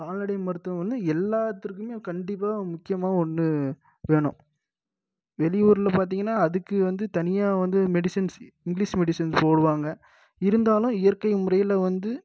கால்நடை மருத்துவம் வந்து எல்லாத்திற்குமே கண்டிப்பாக முக்கியமாக ஒன்று வேணும் வெளி ஊரில் பார்த்திங்கன்னா அதுக்கு வந்து தனியாக வந்து மெடிசின்ஸ் இங்கிலிஷ் மெடிசின்ஸ் போடுவாங்க இருந்தாலும் இயற்கை முறையில் வந்து